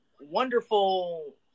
wonderful